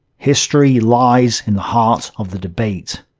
history lies in the heart of the debate.